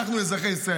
אנחנו, אזרחי ישראל.